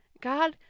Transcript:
God